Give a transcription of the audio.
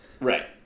Right